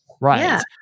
right